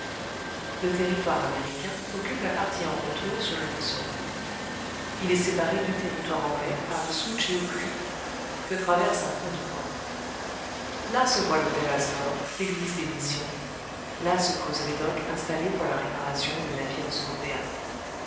le territoire américain occupe la partie en retour sur le wousung il est séparé du territoire anglais par le sou tchéou creek que traverse un pont de bois là se voient l'hôtel astor l'église des missions là se creusent les docks installés pour la réparation des navires européens